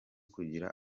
kugira